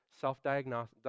self-diagnosis